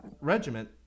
regiment